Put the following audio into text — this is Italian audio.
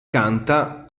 canta